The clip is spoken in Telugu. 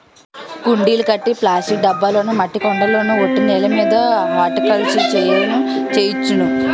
కుండీలు కట్టి ప్లాస్టిక్ డబ్బాల్లోనా మట్టి కొండల్లోన ఒట్టి నేలమీద హార్టికల్చర్ ను చెయ్యొచ్చును